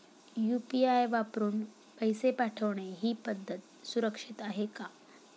UPI वापरून पैसे पाठवणे ही पद्धत सुरक्षित आहे का?